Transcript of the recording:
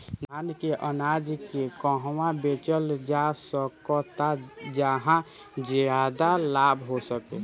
धान के अनाज के कहवा बेचल जा सकता जहाँ ज्यादा लाभ हो सके?